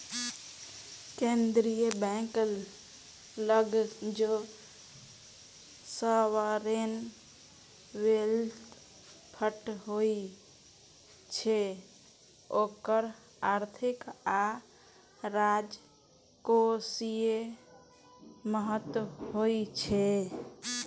केंद्रीय बैंक लग जे सॉवरेन वेल्थ फंड होइ छै ओकर आर्थिक आ राजकोषीय महत्व होइ छै